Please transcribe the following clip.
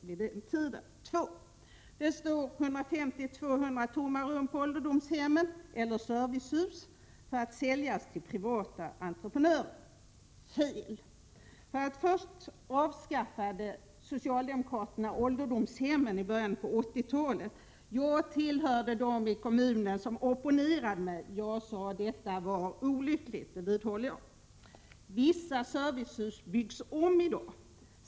För det andra: 150-200 rum står tomma på ålderdomshem eller servicehus i avvaktan på att säljas till privata entreprenörer, sägs det i interpellationen. Det är fel! Socialdemokraterna avskaffade i början av 1980-talet ålderdomshemmen. Jag tillhörde dem i kommunen som opponerade sig. Jag sade att detta var ett olyckligt beslut, och det vidhåller jag. Vissa servicehus byggs om.